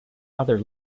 other